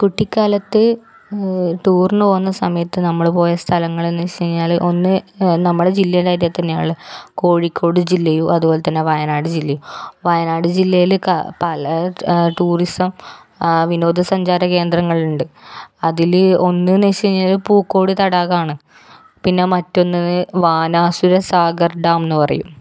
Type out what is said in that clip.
കുട്ടിക്കാലത്ത് ടൂറിന് പോവുന്ന സമയത്ത് നമ്മൾ പോയ സ്ഥലങ്ങളെന്ന് വച്ച് കഴിഞ്ഞാൽ ഒന്ന് നമ്മുടെ ജില്ലൻ്റെ അടുത്ത് തന്നെയാണ് കോഴിക്കോട് ജില്ലയും അതേ പോലെ തന്നെ വയനാട് ജില്ലയും വയനാട് ജില്ലയിൽ പല ടൂറിസം വിനോദസഞ്ചാര കേന്ദ്രങ്ങളുണ്ട് അതിൽ ഒന്ന് എന്ന് വച്ച് കഴിഞ്ഞാൽ പൂക്കോട് തടാകമാണ് പിന്നെ മറ്റൊന്ന് വാനാസുര സാഗർ ഡാം എന്നു പറയും